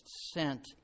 sent